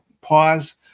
pause